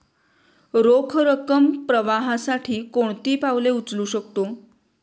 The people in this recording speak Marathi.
रोख रकम प्रवाहासाठी कोणती पावले उचलू शकतो?